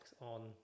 on